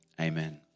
amen